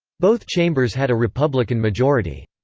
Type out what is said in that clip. both chambers had a republican majority.